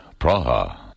Praha